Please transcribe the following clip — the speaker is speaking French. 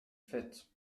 faite